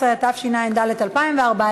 14), התשע"ד 2014,